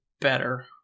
better